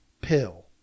pill